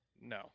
No